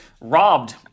robbed